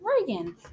Reagan